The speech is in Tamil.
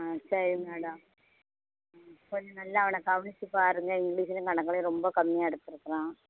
ஆ சரி மேடம் கொஞ்சம் நல்லா அவனை கவனித்து பாருங்க இங்கிலிஸ்லேயும் கணக்குலேயும் ரொம்ப கம்மியாக எடுத்துருக்கிறான்